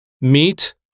meet